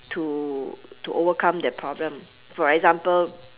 to to overcome that problem for example